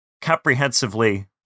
comprehensively